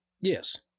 Yes